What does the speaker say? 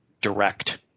direct